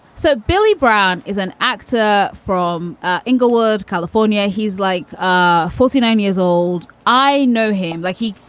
so billy brown is an actor from inglewood, california. he's like ah forty nine years old. i know him like he.